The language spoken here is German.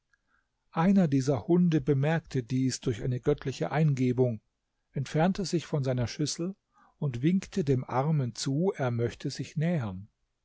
einer dieser hunde bemerkte dies durch eine göttliche eingebung entfernte sich von seiner schüssel und winkte dem armen zu er möchte sich nähern